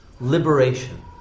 Liberation